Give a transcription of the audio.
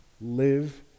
live